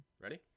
ready